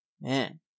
man